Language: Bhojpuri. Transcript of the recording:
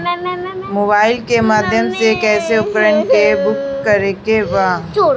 मोबाइल के माध्यम से कैसे उपकरण के बुक करेके बा?